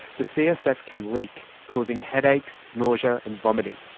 the csf can leak, causing headaches, nausea and vomiting.